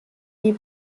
die